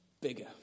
bigger